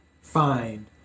find